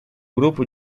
grupo